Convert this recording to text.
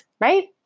right